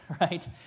right